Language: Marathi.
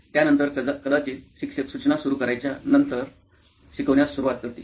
त्यानंतर कदाचित शिक्षक सूचना सुरू करायच्या त्यानंतर शिकवण्यास सुरवात करतील